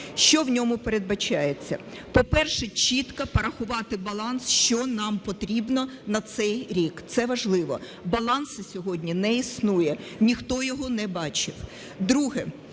Що в ньому передбачається? По-перше, чітко порахувати баланс, що нам потрібно на цей рік, це важливо. Балансу сьогодні не існує, ніхто його не бачив.